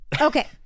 Okay